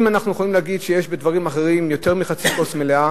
אם אנחנו יכולים להגיד שבדברים אחרים יש יותר מחצי כוס מלאה,